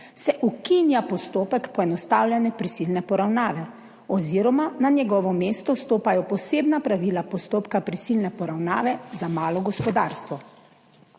se ukinja postopek poenostavljene prisilne poravnave oziroma na njegovo mesto stopajo posebna pravila postopka prisilne poravnave za malo gospodarstvo.